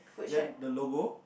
then the logo